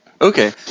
Okay